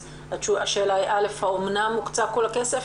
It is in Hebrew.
אז, השאלה היא - האמנם הוקצה כל הכסף?